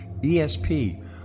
ESP